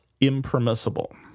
impermissible